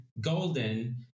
golden